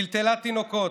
טלטלה תינוקות,